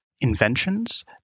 inventions